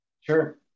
Sure